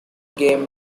game